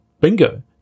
bingo